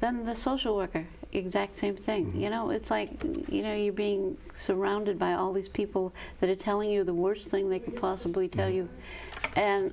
then the social worker exact same saying you know it's like you know you're being surrounded by all these people that are telling you the worst thing they can possibly tell you and